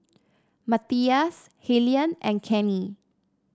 Matthias Helyn and Kenny